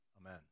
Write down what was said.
Amen